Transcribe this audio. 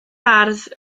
ardd